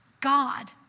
God